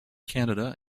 canada